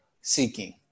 seeking